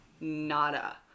nada